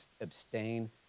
Abstain